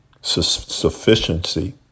sufficiency